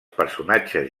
personatges